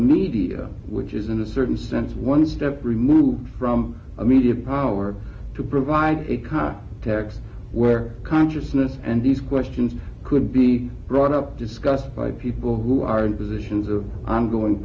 media which is in a certain sense one step removed from a media power to provide a tax where consciousness and these questions could be brought up discussed by people who are in positions of ongoing